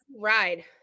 Ride